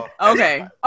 Okay